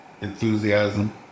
enthusiasm